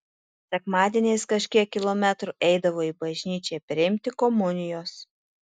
sekmadieniais kažkiek kilometrų eidavo į bažnyčią priimti komunijos